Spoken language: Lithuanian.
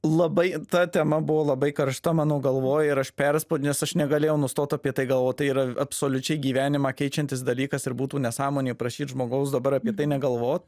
labai ta tema buvo labai karšta mano galvoj ir aš perspau nes aš negalėjau nustot apie tai galvot tai yra absoliučiai gyvenimą keičiantis dalykas ir būtų nesąmonė prašyt žmogaus dabar apie tai negalvot